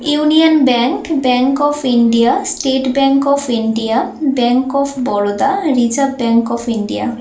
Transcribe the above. union bank bank of India state bank of India bank of Baroda reserve bank of India